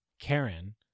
Karen